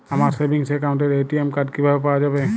আমার সেভিংস অ্যাকাউন্টের ATM card কিভাবে পাওয়া যাবে?